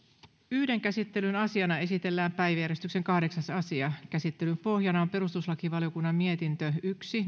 yhden käsittelyn asiana esitellään päiväjärjestyksen kahdeksas asia käsittelyn pohjana on perustuslakivaliokunnan mietintö yksi